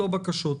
לא בקשות.